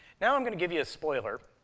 now i'm gonna give you a spoiler,